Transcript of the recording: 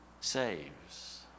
saves